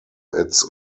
its